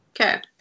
okay